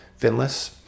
finless